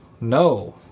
No